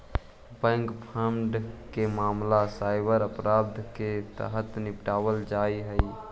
bank fraud के मामला cyber अपराध के तहत निपटावल जा हइ